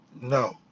No